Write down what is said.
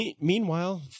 Meanwhile